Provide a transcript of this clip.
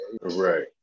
Right